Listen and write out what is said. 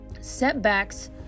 Setbacks